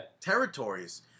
territories